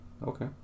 Okay